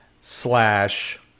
slash